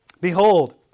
Behold